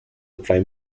prime